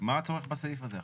מה הצורך בסעיף הזה עכשיו?